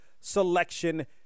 Selection